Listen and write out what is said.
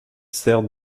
sert